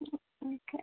okay